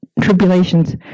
tribulations